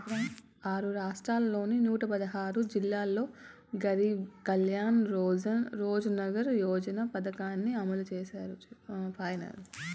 ఆరు రాష్ట్రాల్లోని నూట పదహారు జిల్లాల్లో గరీబ్ కళ్యాణ్ రోజ్గార్ యోజన పథకాన్ని అమలు చేసినారు